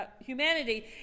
humanity